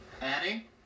Annie